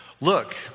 look